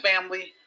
family